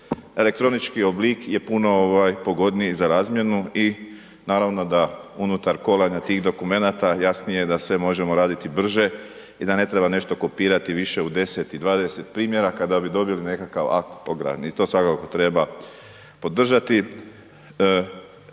Elektronički oblik je puno pogodniji za razmjenu i naravno da unutar kolanja tih dokumenata jasnije je da sve možemo raditi brže i da ne treba nešto kopirati više u 10 o 20 primjeraka da bi dobili nekakav akt o gradnji i to svakako treba podržati.